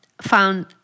found